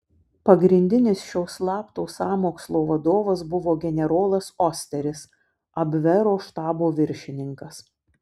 pagrindinis šio slapto sąmokslo vadovas buvo generolas osteris abvero štabo viršininkas